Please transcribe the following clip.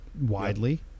widely